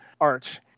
art